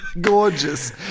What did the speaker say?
Gorgeous